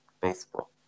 baseball